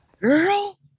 Girl